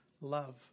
love